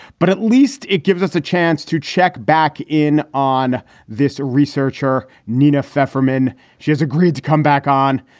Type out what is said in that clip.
but at least it gives us a chance to check back in on this researcher, nina pfeiffer, men she has agreed to come back on.